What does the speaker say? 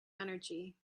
energy